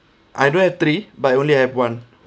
I don't have three but only have one